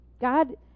God